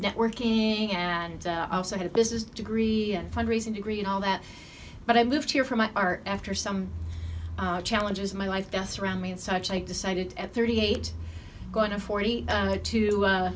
networking and also had a business degree and fundraising degree and all that but i moved here for my art after some challenges in my life that's around me and such i decided at thirty eight going to forty